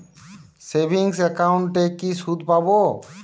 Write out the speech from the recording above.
Savings একাউন্টে কি সুদ পাব?